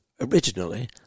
originally